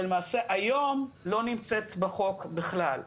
שלמעשה היום לא נמצאת בחוק בכלל.